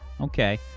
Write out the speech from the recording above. okay